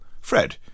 fred